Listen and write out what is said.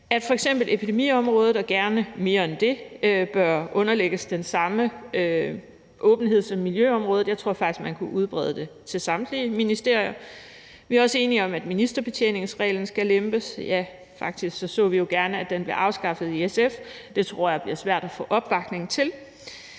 at f.eks. epidemiområdet og gerne mere end det bør underlægges den samme åbenhed som miljøområdet – jeg tror faktisk, man kunne udbrede det til samtlige ministerier. Vi er også enige om, at ministerbetjeningsreglen skal lempes, ja, faktisk så vi jo i SF gerne, at den blev afskaffet – det tror jeg bliver svært at få opbakning til.